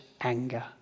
anger